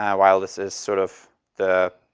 ah while this is sort of the,